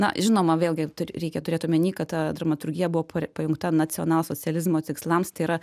na žinoma vėlgi reikia turėt omeny kad ta dramaturgija buvo pare pajungta nacionalsocializmo tikslams tai yra